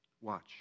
Watch